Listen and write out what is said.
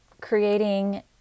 creating